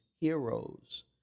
heroes